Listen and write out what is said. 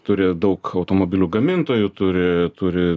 turi daug automobilių gamintojų turi turi